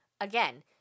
again